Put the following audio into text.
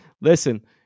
listen